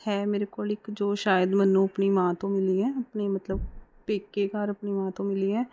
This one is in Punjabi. ਹੈ ਮੇਰੇ ਇੱਕ ਕੋਲ ਜੋ ਸ਼ਾਇਦ ਮੈਨੂੰ ਆਪਣੀ ਮਾਂ ਤੋਂ ਮਿਲੀ ਹੈ ਆਪਣੀ ਮਤਲਬ ਪੇਕੇ ਘਰ ਆਪਣੀ ਮਾਂ ਤੋਂ ਮਿਲੀ ਹੈ